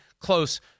close